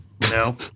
No